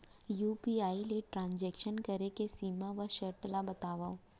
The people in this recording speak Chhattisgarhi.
यू.पी.आई ले ट्रांजेक्शन करे के सीमा व शर्त ला बतावव?